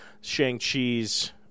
Shang-Chi's